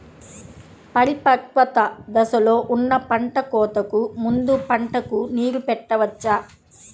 పరిపక్వత దశలో ఉన్న పంట కోతకు ముందు పంటకు నీరు పెట్టవచ్చా?